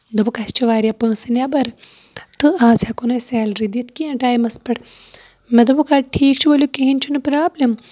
دوٚپُکھ اَسہِ چھِ واریاہ پونٛسہٕ نٮ۪بر تہٕ آز ہیٚکَو نہٕ أسۍ سیلری دِتھ کیٚنہہ ٹایمَس پٮ۪ٹھ مےٚ دوٚپُکھ اَدٕ ٹھیٖک چھُ ؤلو کِہینۍ چھُنہٕ پرابلِم